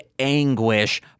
anguish